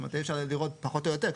כלומר יהיה אפשר לראות פחות או יותר,